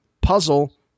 Puzzle